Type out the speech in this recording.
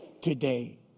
today